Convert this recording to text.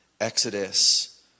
exodus